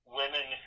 women